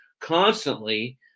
constantly